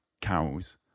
cows